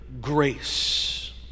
grace